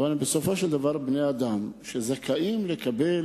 אבל בסופו של דבר הם בני-אדם שזכאים לקבל